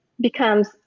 becomes